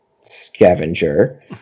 scavenger